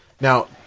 Now